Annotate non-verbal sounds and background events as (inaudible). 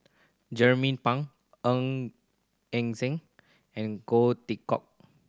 Jernnine Pang (unintelligible) Eng Seng and goal Hitchcock